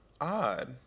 odd